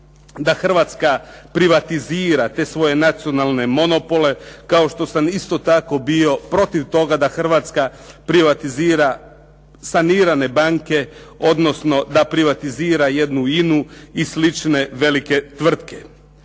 da Hrvatska privatizira te svoje nacionalne monopole kao što sam isto tako bio protiv toga da Hrvatska privatizira sanirane banke, odnosno da privatizira jednu INA-u i slične velike tvrtke.